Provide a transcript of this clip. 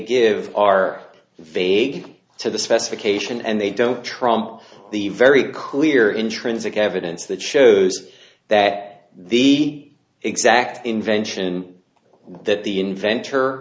give are vague to the specification and they don't trump the very clear intrinsic evidence that shows that the exact invention that the inventor